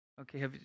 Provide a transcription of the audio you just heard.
Okay